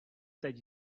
teď